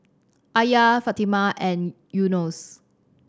Alya Fatimah and Yunos